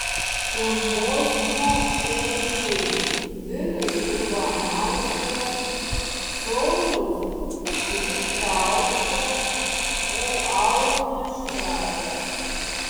simpoziumo rengėjai vilius ivanauskas saulius grybkauskas ir aurimas švedas